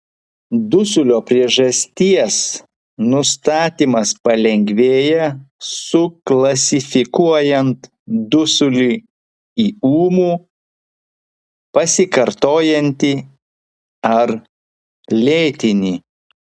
dusulio priežasties nustatymas palengvėja suklasifikuojant dusulį į ūmų pasikartojantį ar lėtinį